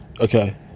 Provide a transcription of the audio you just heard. Okay